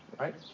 right